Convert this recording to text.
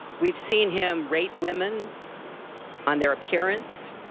we have seen him rate women on their appearance,